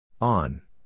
On